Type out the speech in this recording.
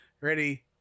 Ready